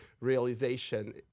realization